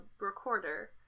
recorder